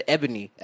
Ebony